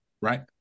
right